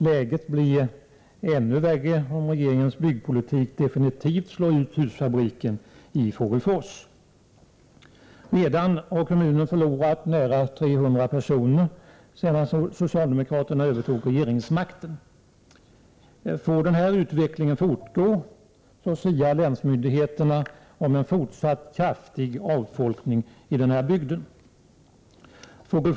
Läget blir ännu värre om regeringens byggpolitik definitivt slår ut husfabriken i Fågelfors. Redan har kommunen förlorat nära 300 personer sedan socialdemokraterna övertog regeringsmakten. Länsmyndigheterna siar om en fortsatt kraftig avfolkning av bygden om den här utvecklingen får fortgå.